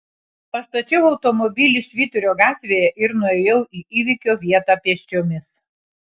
pastačiau automobilį švyturio gatvėje ir nuėjau į įvykio vietą pėsčiomis